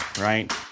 right